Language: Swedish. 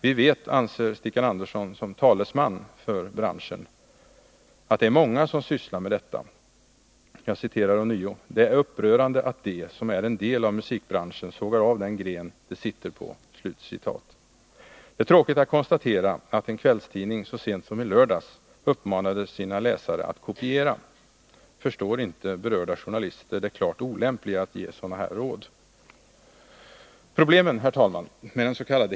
Vi vet, anser Stikkan Andersson som talesman för branschen, att det är många som sysslar med detta: ”Det är upprörande att de som är en del av musikbranschen sågar av den gren de sitter på.” Det är tråkigt att konstatera att en kvällstidning så sent som i lördags uppmanade sina läsare att kopiera. Förstår inte berörda journalister det klart olämpliga i att ge sådana råd? Problemen med dens.k.